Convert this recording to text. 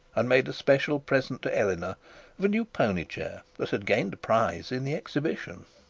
and made a special present to eleanor of a new pony chair that had gained a prize in the exhibition.